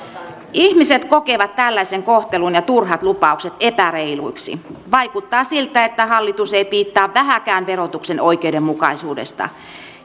ihmiset kokevat tällaisen kohtelun ja turhat lupaukset epäreiluiksi vaikuttaa siltä että hallitus ei piittaa vähääkään verotuksen oikeudenmukaisuudesta